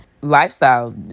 lifestyle